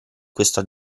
questa